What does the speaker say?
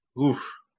oof